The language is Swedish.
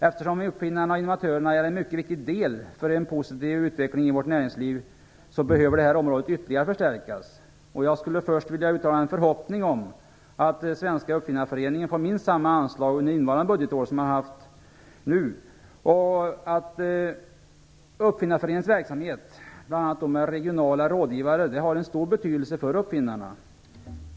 Eftersom uppfinnarna och innovatörerna är en mycket viktig del för en positiv utveckling i vårt näringsliv behöver det här området förstärkas ytterligare. Jag vill först uttala en förhoppning om att Svenska uppfinnareföreningen får minst samma anslag under innevarande budgetår som man har haft tidigare. Uppfinnareföreningens verksamhet, bl.a. med regionala rådgivare, har en stor betydelse för uppfinnarna.